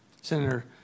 Senator